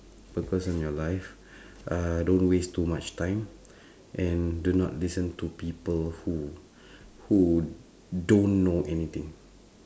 focus on your life uh don't waste too much time and do not listen to people who who don't know anything